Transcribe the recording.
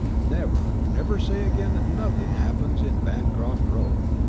never, never say again that nothing happens in bancroft road!